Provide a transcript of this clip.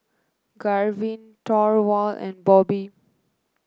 Garvin Thorwald and Bobby